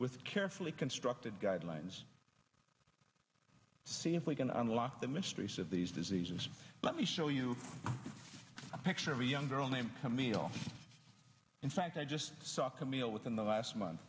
with carefully constructed guidelines see if we can unlock the mysteries of these diseases let me show you a picture of a young girl named camille in fact i just saw camille within the last month